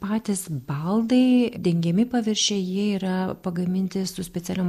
patys baldai dengiami paviršiai jie yra pagaminti su specialiom